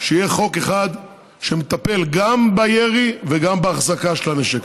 שיהיה חוק אחד שמטפל גם בירי וגם בהחזקה של הנשק.